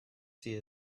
see